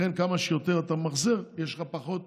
כמה שיותר אתה ממחזר, יש לך פחות